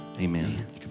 amen